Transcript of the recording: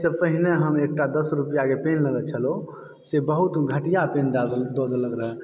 सबसँ पहिने हम एकटा दश रुपआके पेन लेने छलहुॅं से बहुत घटिया पेन दऽ देलक रहै